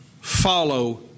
follow